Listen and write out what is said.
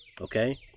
Okay